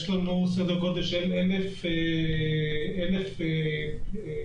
יש לנו סדר גודל של כמעט 1,200 בקשות,